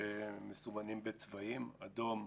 שמסומנים בצבעים: אדום,